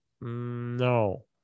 no